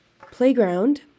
Playground